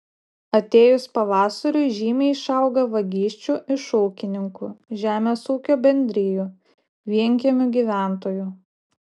atėjus pavasariui žymiai išauga vagysčių iš ūkininkų žemės ūkio bendrijų vienkiemių gyventojų